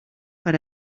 per